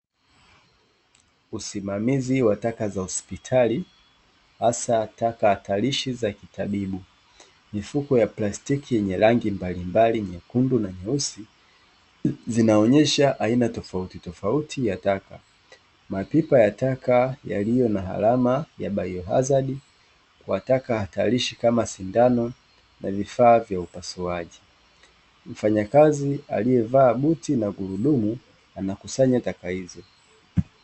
Usimamizi wa taka za hospitali hasa taka hatarishi za kitabibu, mifuko ya plastiki yenye rangi mbalimbali nyekundu na nyeusi zinaonyesha aina tofauti tofauti ya taka. Mapipa ya taka yaliyo na alama ya "bio hazard" kuwataka hatarishi kama sindano na vifaa vya upasuaji, mfanyakazi aliyevaa buti na gurudumu anakusanya taka hizo.